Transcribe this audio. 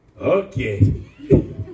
Okay